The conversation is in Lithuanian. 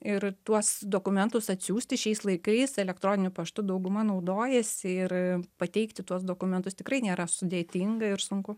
ir tuos dokumentus atsiųsti šiais laikais elektroniniu paštu dauguma naudojasi ir pateikti tuos dokumentus tikrai nėra sudėtinga ir sunku